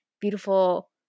beautiful